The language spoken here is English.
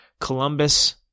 Columbus